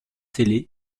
télé